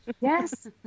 Yes